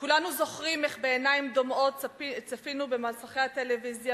כולנו זוכרים איך בעיניים דומעות צפינו במסכי הטלוויזיה